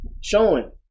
showing